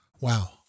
wow